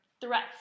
threats